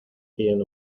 pidiendo